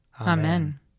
Amen